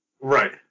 Right